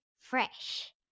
Fresh